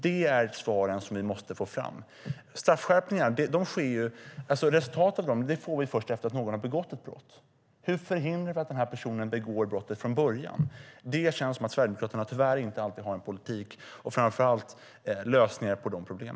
Det är svaren på dessa frågor vi måste få fram. Resultatet av straffskärpningar får vi först efter att någon begått ett brott. Hur förhindrar vi personen att begå brottet över huvud taget? Det känns tyvärr som att Sverigedemokraterna inte alltid har en politik för och lösningar på dessa problem.